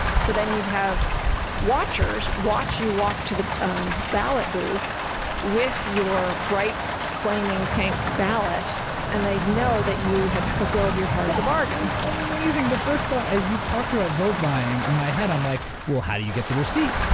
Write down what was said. so then you'd have watchers watch you walk to the um ballot booth with your bright flaming pink ballot and they'd know that you had fulfilled your part of the bargain. that is amazing. the first thought as you talked about vote buying in my head i'm like well how do you get the receipt?